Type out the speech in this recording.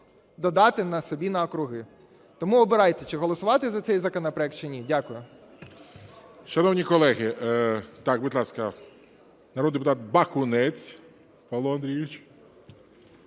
додати собі на округи. Тому обирайте, чи голосувати за цей законопроект, чи ні. Дякую.